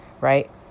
Right